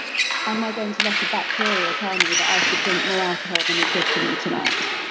am i going to let a bacteria tell me that i should drink more alcohol and is good for me tonight?